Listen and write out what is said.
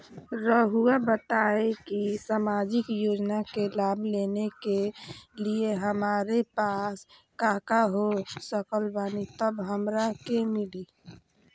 रहुआ बताएं कि सामाजिक योजना के लाभ लेने के लिए हमारे पास काका हो सकल बानी तब हमरा के मिली?